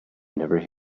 never